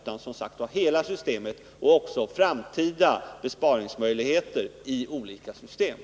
Man måste Nr 158 också beakta framtida besparingsmöjligheter i olika system.